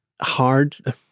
hard